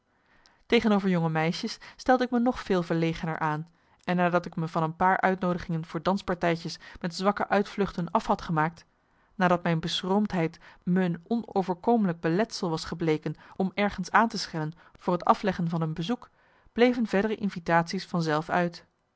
tegenover jonge meisjes stelde ik me nog veel verlegener aan en nadat ik me van een paar uitnoodigingen voor danspartijtjes met zwakke uitvluchten af had gemaakt nadat mijn beschroomdheid me een onoverkomelijk beletsel was gebleken om ergens aan te schellen voor het afleggen van een bezoek bleven verdere invitatie's van zelf uit